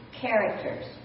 characters